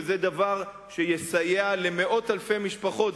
וזה דבר שיסייע למאות-אלפי משפחות,